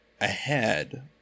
ahead